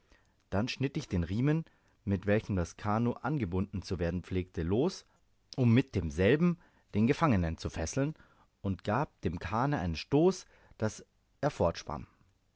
dann schnitt ich den riemen mit welchem das kanoe angebunden zu werden pflegte los um mit demselben den gefangenen zu fesseln und gab dem kahne einen stoß daß